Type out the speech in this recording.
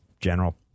general